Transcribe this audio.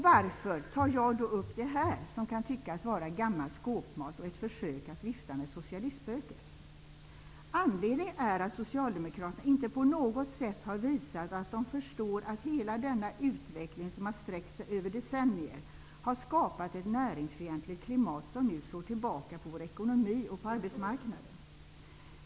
Varför tar jag då upp det här som kan tyckas vara gammal skåpmat och ett försök att vifta med socialistspöket? Anledningen är att socialdemokraterna inte på något sätt har visat att de förstår att hela denna utveckling, som har sträckt sig över decennier, har skapat ett näringsfientligt klimat som nu slår tillbaka på vår ekonomi och på arbetsmarknaden.